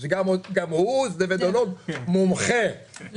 הוא "שדדבלוג" מומחה,